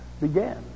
began